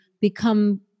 become